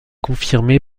confirmé